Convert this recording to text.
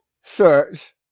search